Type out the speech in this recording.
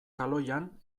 kaloian